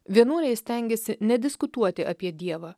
vienuoliai stengėsi nediskutuoti apie dievą